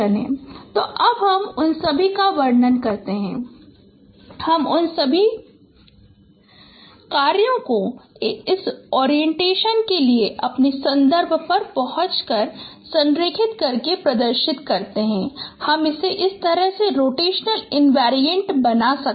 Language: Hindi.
तो अब हम उन सभी का वर्णन करते हैं हम उन सभी कार्यों को इस ओरिएंटेशन के लिए अपनी संदर्भ पहुंच को संरेखित करके प्रदर्शन करते हैं और हम इसे इस तरह से रोटेशनल इनवेरिएंट बना सकते हैं